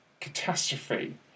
catastrophe